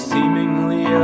Seemingly